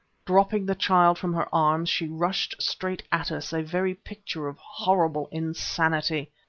dropping the child from her arms, she rushed straight at us, a very picture of horrible insanity.